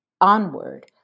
onward